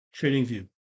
TradingView